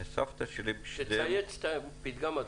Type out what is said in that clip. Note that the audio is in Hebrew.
וסבתא שלי --- תצייץ את הפתגם הזה,